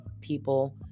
people